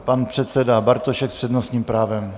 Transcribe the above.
Pan předseda Bartošek s přednostním právem.